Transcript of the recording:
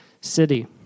city